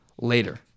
later